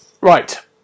Right